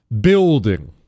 building